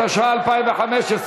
התשע"ה 2015,